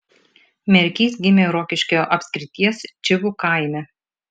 merkys gimė rokiškio apskrities čivų kaime